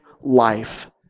life